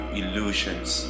illusions